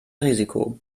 risiko